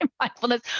mindfulness